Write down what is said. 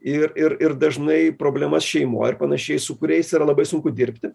ir ir ir dažnai problemas šeimoj ir panašiai su kuriais yra labai sunku dirbti